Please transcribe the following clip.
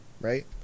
Right